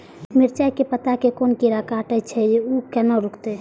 मिरचाय के पत्ता के कोन कीरा कटे छे ऊ केना रुकते?